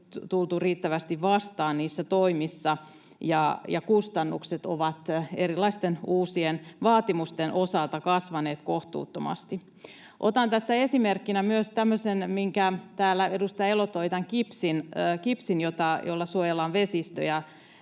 tultu riittävästi vastaan niissä toimissa, ja kustannukset ovat erilaisten uusien vaatimusten osalta kasvaneet kohtuuttomasti. Otan tässä esimerkkinä myös tämmöisen, minkä täällä edustaja Elo toi, tämän kipsin, jolla suojellaan vesistöjä,